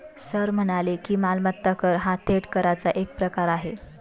sir म्हणाले की, मालमत्ता कर हा थेट कराचा एक प्रकार आहे